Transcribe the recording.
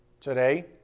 today